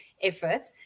effort